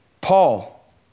Paul